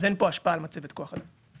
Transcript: אז אין השפעה על מצבת כוח אדם.